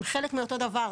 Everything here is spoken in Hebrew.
הם חלק מאותו דבר.